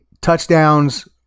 touchdowns